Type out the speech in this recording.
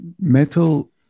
metal